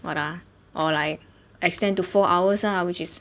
what ah or like extend to four hours lah which is